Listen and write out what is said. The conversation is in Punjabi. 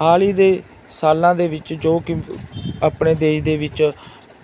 ਹਾਲ ਹੀ ਦੇ ਸਾਲਾਂ ਦੇ ਵਿੱਚ ਜੋ ਕਿ ਆਪਣੇ ਦੇਸ਼ ਦੇ ਵਿੱਚ